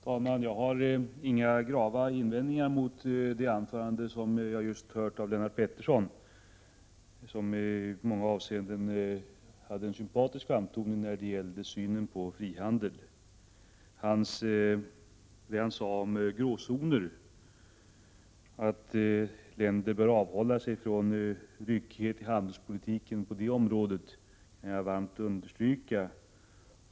Herr talman! Jag har inga grava invändningar att rikta mot det anförande av Lennart Pettersson som vi just har lyssnat till. När det gäller synen på frihandeln hade anförandet i många avseenden en sympatisk framtoning. Vad Lennart Pettersson sade om gråzoner — nämligen att länder bör avhålla sig från ryckighet i handelspolitiken — kan jag varmt understryka.